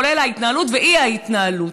כולל ההתנהלות והאי-התנהלות.